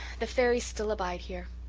the fairies still abide here.